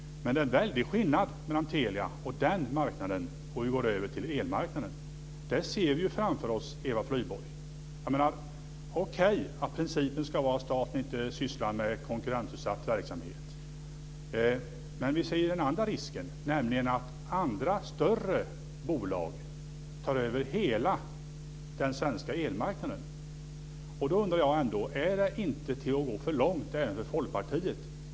Det är dock en stor skillnad mellan Telia och den marknaden å ena sidan och elmarknaden å andra sidan. Okej, principen ska vara att staten inte sysslar med konkurrensutsatt verksamhet. Men vi ser också risken att andra, större, bolag tar över hela den svenska elmarknaden. Då undrar jag: Är inte detta att gå för långt - även för Folkpartiet?